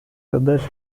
задач